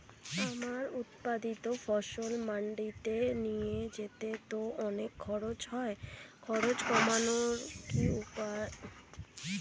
আমার উৎপাদিত ফসল মান্ডিতে নিয়ে যেতে তো অনেক খরচ হয় খরচ কমানোর কি উপায় থাকতে পারে?